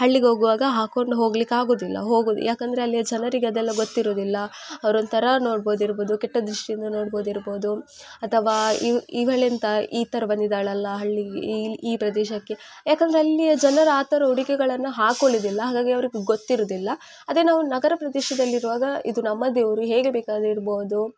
ಹಳ್ಳಿಗೆ ಹೋಗುವಾಗ ಹಾಕೊಂಡು ಹೋಗ್ಲಿಕ್ಕೆ ಆಗೋದಿಲ್ಲ ಹೋಗಿ ಯಾಕೆಂದ್ರೆ ಅಲ್ಲಿಯ ಜನರಿಗೆ ಅದೆಲ್ಲ ಗೊತ್ತಿರೋದಿಲ್ಲ ಅವ್ರು ಒಂಥರಾ ನೋಡ್ಬೊದಿರ್ಬೋದು ಕೆಟ್ಟ ದೃಷ್ಟಿಯಿಂದ ನೋಡ್ಬೊದಿರ್ಬೋದು ಅಥವಾ ಇವಳೆಂತ ಈ ಥರ ಬಂದಿದ್ದಾಳಲ್ಲಾ ಹಳ್ಳಿ ಈ ಈ ಪ್ರದೇಶಕ್ಕೆ ಯಾಕೆಂದ್ರೆ ಅಲ್ಲಿಯ ಜನರು ಆ ಥರ ಉಡುಗೆಗಳನ್ನು ಹಾಕ್ಕೊಳ್ಳೊದಿಲ್ಲ ಹಾಗಾಗಿ ಅವರಿಗೆ ಗೊತ್ತಿರೋದಿಲ್ಲ ಅದೇ ನಾವು ನಗರ ಪ್ರದೇಶದಲ್ಲಿರುವಾಗ ಇದು ನಮ್ಮದೆ ಊರು ಹೇಗೆ ಬೇಕಾದರು ಇರ್ಬೋದು